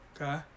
Okay